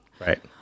Right